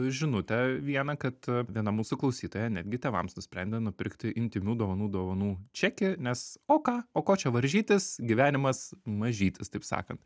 žinutę vieną kad viena mūsų klausytoja netgi tėvams nusprendė nupirkti intymių dovanų dovanų čekį nes o ką o ko čia varžytis gyvenimas mažytis taip sakant